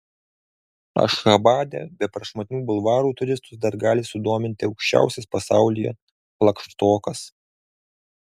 ašchabade be prašmatnių bulvarų turistus dar gali sudominti aukščiausias pasaulyje flagštokas